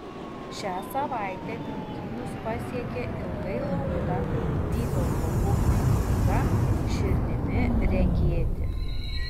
šią savaitę knygynus pasiekė ilgai laukta vytauto bubnio knyga širdimi regėti